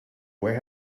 where